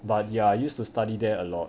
but ya used to study there a lot